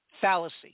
fallacy